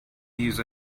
use